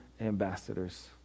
ambassadors